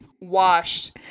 washed